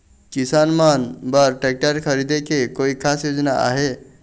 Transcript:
किसान मन बर ट्रैक्टर खरीदे के कोई खास योजना आहे?